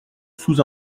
sous